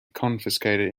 confiscated